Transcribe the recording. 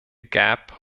gap